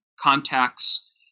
contacts